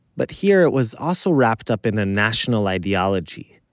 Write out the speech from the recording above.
but here it was also wrapped up in a national ideology.